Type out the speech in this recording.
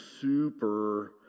super